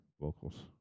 vocals